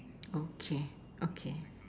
okay okay